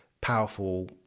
powerful